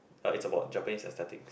uh it's about Japanese aesthetics